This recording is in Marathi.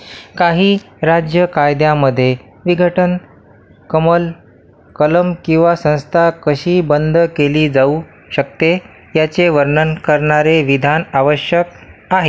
काही राज्य कायद्यांमध्ये विघटन कमल कलम किंवा संस्था कशी बंद केली जाऊ शकते याचे वर्णन करणारे विधान आवश्यक आहे